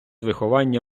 виховання